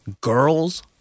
Girls